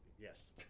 Yes